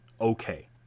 okay